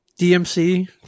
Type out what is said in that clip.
DMC